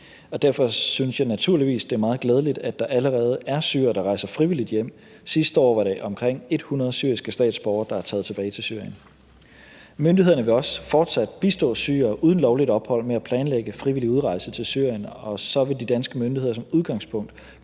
derfor synes jeg naturligvis, det er meget glædeligt, at der allerede er syrere, der rejser frivilligt hjem; sidste år var det omkring 100 syriske statsborgere, der er taget tilbage til Syrien. Myndighederne vil også fortsat bistå syrere uden lovligt ophold med at planlægge frivillig udrejse til Syrien, og så vil de danske myndigheder som udgangspunkt